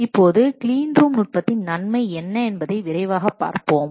இப்போது கிளீன்ரூம் நுட்பத்தின் நன்மை என்ன என்பதை விரைவாக பார்ப்போம்